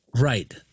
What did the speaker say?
Right